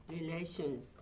relations